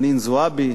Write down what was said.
חנין זועבי,